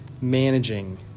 managing